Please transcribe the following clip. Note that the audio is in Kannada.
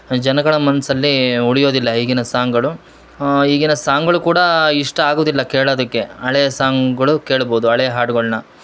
ಜನಗಳ ಮನಸ್ಸಲ್ಲೀ ಉಳಿಯೋದಿಲ್ಲ ಈಗಿನ ಸಾಂಗ್ಗಳು ಈಗಿನ ಸಾಂಗ್ಗಳು ಕೂಡ ಇಷ್ಟ ಆಗುದಿಲ್ಲ ಕೇಳದಕ್ಕೆ ಹಳೇ ಸಾಂಗ್ಗೊಳು ಕೇಳ್ಬೋದು ಹಳೆ ಹಾಡುಗಳನ್ನ